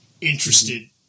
interested